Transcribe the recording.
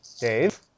Dave